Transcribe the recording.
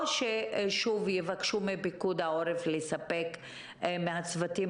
או ששוב יבקשו מפיקוד העורף לספק מהצוותים